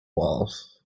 walls